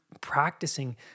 practicing